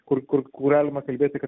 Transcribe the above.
kur kur kur galima kalbėti kad